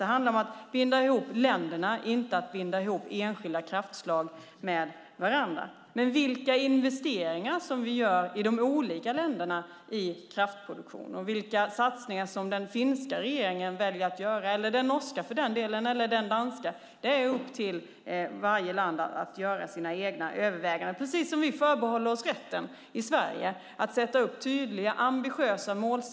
Det handlar om att binda ihop länderna, inte att binda ihop enskilda kraftslag med varandra. Vilka investeringar som görs i de olika länderna i kraftproduktion, vilka satsningar som de finska, norska eller danska regeringarna väljer att göra, är upp till varje land att överväga, precis som vi förbehåller oss rätten i Sverige att sätta upp tydliga och ambitiösa mål.